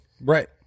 Right